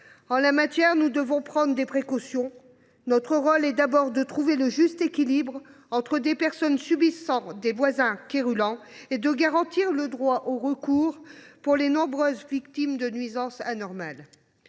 En la matière, nous devons prendre des précautions. Notre rôle est d’abord de trouver le juste équilibre entre la protection des personnes face à des voisins quérulents et la garantie du droit au recours pour les nombreuses victimes de nuisances anormales.